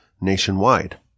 nationwide